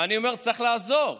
אני אומר: צריך לעזור.